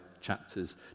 chapters